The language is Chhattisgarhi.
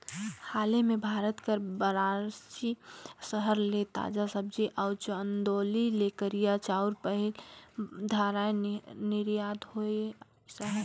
हाले में भारत कर बारानसी सहर ले ताजा सब्जी अउ चंदौली ले करिया चाँउर पहिल धाएर निरयात होइस अहे